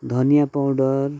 धनियाँ पाउडर